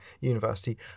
university